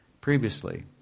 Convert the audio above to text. previously